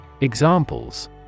Examples